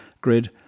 grid